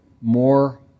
more